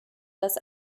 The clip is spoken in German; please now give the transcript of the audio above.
das